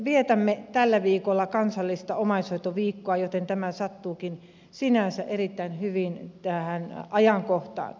vietämme tällä viikolla kansallista omaishoitoviikkoa joten tämä sattuukin sinänsä erittäin hyvin tähän ajankohtaan